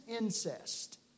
incest